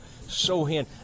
Sohan